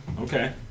okay